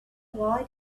why